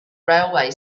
railway